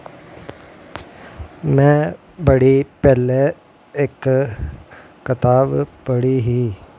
में बड़ी पैह्लें इक कताब पढ़ी ही